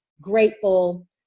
grateful